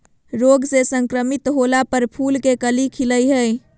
रोग से संक्रमित होला पर फूल के कली खिलई हई